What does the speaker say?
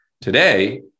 Today